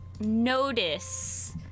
notice